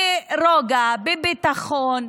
ברוגע, בביטחון?